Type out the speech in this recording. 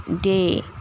day